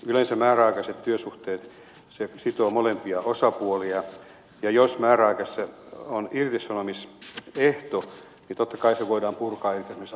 yleensä määräaikaiset työsuhteet sitovat molempia osapuolia ja jos määräaikaisessa on irtisanomisehto niin totta kai se voidaan purkaa irtisanomisaikana